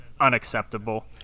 unacceptable